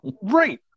Right